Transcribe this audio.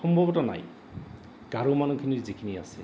সম্ভৱতঃ নাই গাৰো মানুহখিনিৰ যিখিনি আছে